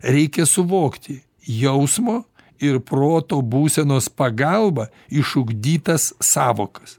reikia suvokti jausmo ir proto būsenos pagalba išugdytas sąvokas